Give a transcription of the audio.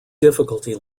difficulty